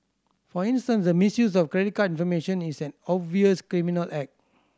for instance the misuse of credit card information is an obvious criminal act